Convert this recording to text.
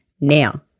Now